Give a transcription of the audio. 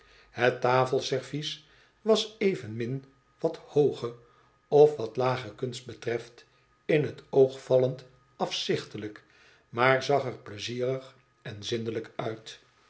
het tafelservies was evenmin wat hooge of wat lage kunst betreft in t oog vallend afzichtelijk maar zag er pleizierig en zindelijk uit